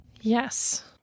Yes